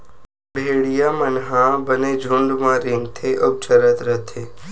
भेड़िया मन ह बने झूंड म रेंगथे अउ चरत रहिथे